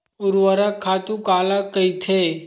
ऊर्वरक खातु काला कहिथे?